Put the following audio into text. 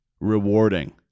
rewarding